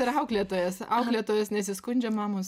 ir auklėtojas auklėtojos nesiskundžia mamos